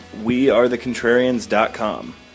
wearethecontrarians.com